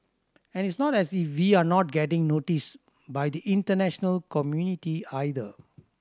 and it's not as if we're not getting noticed by the international community either